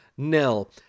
nil